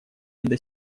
деле